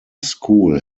school